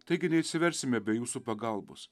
taigi neišsiversime be jūsų pagalbos